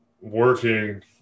working